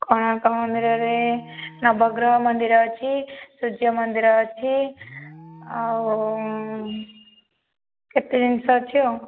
କୋଣାର୍କ ମନ୍ଦିରରେ ନବଗ୍ରହ ମନ୍ଦିର ଅଛି ସୂର୍ଯ୍ୟ ମନ୍ଦିର ଅଛି ଆଉ କେତେ ଜିନିଷ ଅଛି ଆଉ